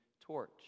torch